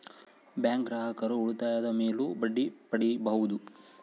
bank ಗ್ರಾಹಕರು ಉಳಿತಾಯದ ಮೇಲೂ ಬಡ್ಡಿ ಪಡೀಬಹುದು